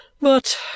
But